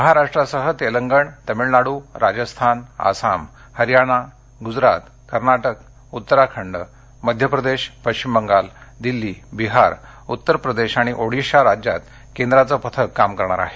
महाराष्ट्रासह तेलंगण तामिळनाडू राजस्थान आसाम हरियाणा गुजरात कर्नाटक उत्तराखंड मध्य प्रदेश पश्चिम बंगाल दिल्ली बिहार उत्तर प्रदेश आणि ओडिशा राज्यात केंद्राचं पथक काम करणार आहे